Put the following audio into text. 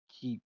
keep